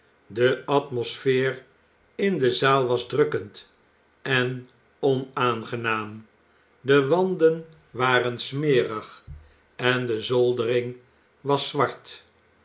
de atmosfeer in de zaal was drukkend en onaangenaam de wanden waren smerig en de zoldering was zwart